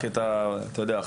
אתה יודע,